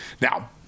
Now